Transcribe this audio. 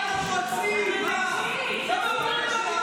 אני מסורתית, את לא.